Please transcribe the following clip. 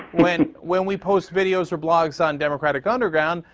when when we post videos or blogs on democratic underground,